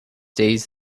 days